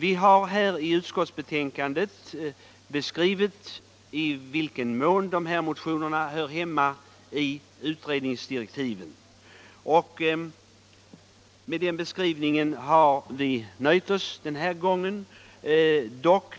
I utskottets betänkande har vi beskrivit i vilken mån frågorna i motionerna hör hemma i den sittande jordbruksutredningen, och med det har vi nöjt oss denna gång.